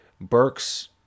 Burks